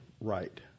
right